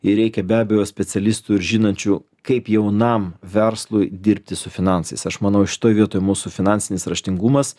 ir reikia be abejo specialistų ir žinančių kaip jaunam verslui dirbti su finansais aš manau šitoj vietoj mūsų finansinis raštingumas